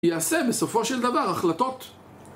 יעשה בסופו של דבר החלטות